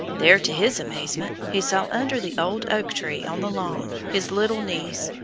there, to his amazement, he saw, under the old oak tree on the lawn, his little niece,